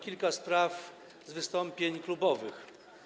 kilka spraw z wystąpień klubowych.